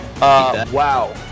Wow